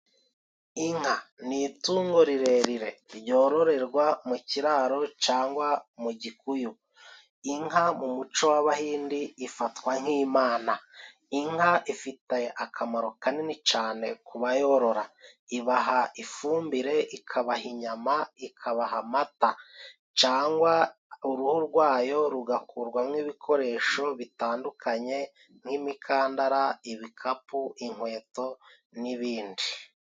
Inka ni itungo rirerire ryororerwa mu kiraro cangwa mu gikuyu. Inka mu muco w'abahindi ifatwa nk'Imana, inka ifite akamaro kanini cane ku bayorora, ibaha ifumbire, ikabaha inyama, ikabaha amata cangwa uruhu rwayo rugakurwamo ibikoresho bitandukanye nk'imikandara ibikapu, inkweto n'ibindi.